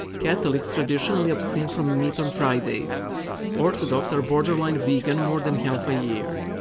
catholics traditionally abstain from meat on fridays orthodox are borderline vegan more than half a year.